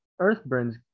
Earthburn's